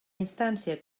instància